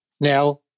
Now